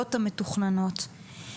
והפעולות המתוכננות.